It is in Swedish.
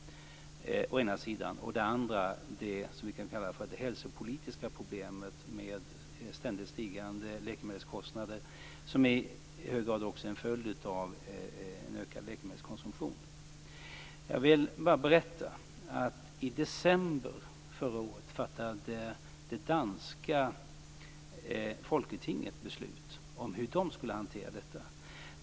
Å andra sidan har vi det som vi kan kalla för det hälsopolitiska problemet med ständigt stigande läkemedelskostnader som i hög grad också är en följd av en ökad läkemedelskonsumtion. Jag vill bara berätta att i december förra året fattade det danska folketinget beslut om hur de skulle hantera detta.